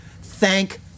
Thank